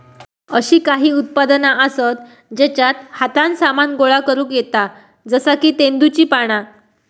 अशी काही उत्पादना आसत जेच्यात हातान सामान गोळा करुक येता जसा की तेंदुची पाना